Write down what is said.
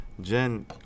Jen